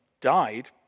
died